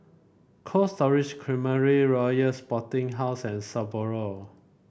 Cold Stone Creamery Royal Sporting House and Sapporo